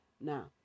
Now